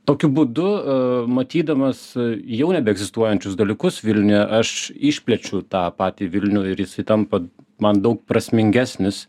tokiu būdu matydamas jau nebeegzistuojančius dalykus vilniuje aš išplečiu tą patį vilnių ir jisai tampa man daug prasmingesnis